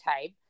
type